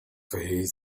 his